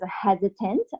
hesitant